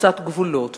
חוצת גבולות,